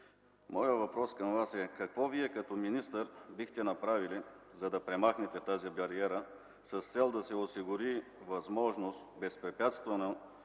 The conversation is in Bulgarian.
моят въпрос към Вас е: какво Вие като министър бихте направили, за да премахнете тази бариера с цел да се осигури възможно безпрепятствено